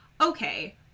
okay